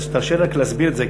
תרשה לי רק להסביר את זה,